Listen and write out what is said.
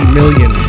million